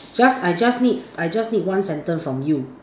just I just need I just need one sentence from you